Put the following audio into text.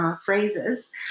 Phrases